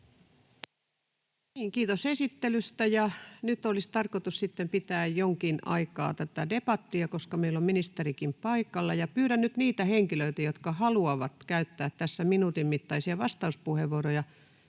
Kiitos esittelystä. — Nyt olisi tarkoitus sitten pitää jonkin aikaa debattia, koska meillä on ministerikin paikalla. Pyydän nyt niitä henkilöitä, jotka haluavat käyttää tässä minuutin mittaisia vastauspuheenvuoroja,